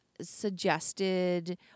suggested